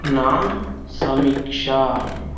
నా సమీక్ష